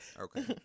okay